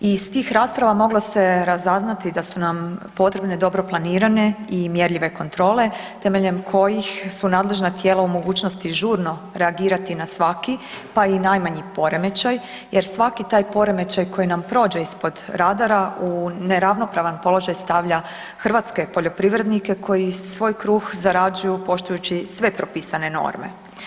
Iz tih rasprava moglo se razaznati da su nam potrebne dobro planirane i mjerljive kontrole, temeljem koji su nadležna tijela u mogućnosti žurno reagirati na svaki pa i najmanji poremećaj jer svaki taj poremećaj koji nam prođe ispod radara u neravnopravan položaj stavlja hrvatske poljoprivrednike koji svoj kruh zarađuju poštujući sve propisane norme.